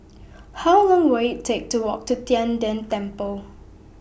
How Long Will IT Take to Walk to Tian De Temple